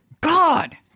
God